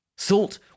Salt